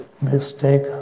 mistake